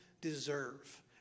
deserve